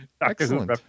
Excellent